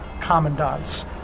commandants